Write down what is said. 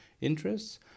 interests